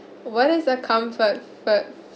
what is the comfort food